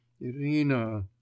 irina